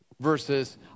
Versus